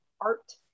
art